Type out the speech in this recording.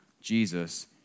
Jesus